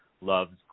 loves